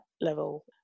level